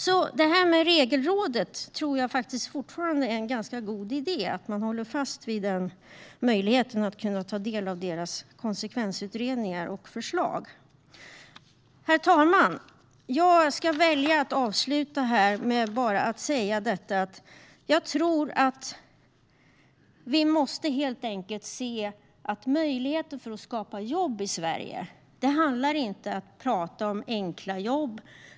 Jag tror fortfarande att det är en ganska god idé att hålla fast vid möjligheten att ta del av Regelrådets konsekvensutredningar och förslag. Herr talman! Jag väljer att avsluta med att vi helt enkelt måste inse att möjligheten att skapa jobb i Sverige inte handlar om att prata om enkla jobb.